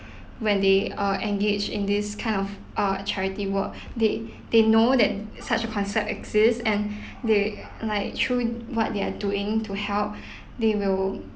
when they are engaged in this kind of uh charity work they they know that such a concept exists and they like through what they are doing to help they will